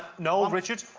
noel, richard?